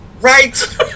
Right